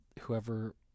whoever